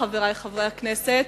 חברי חברי הכנסת,